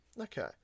okay